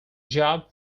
job